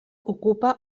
ocupa